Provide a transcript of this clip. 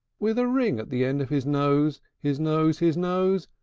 with a ring at the end of his nose, his nose, his nose,